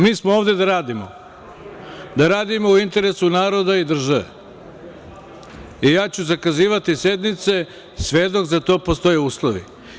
Mi smo ovde da radimo, da radimo u interesu naroda i države i ja ću zakazivati sednice sve dok za to postoje uslovi.